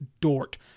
Dort